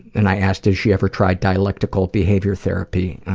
and i asked, has she ever tried dialectical behavior therapy,